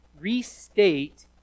restate